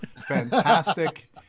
Fantastic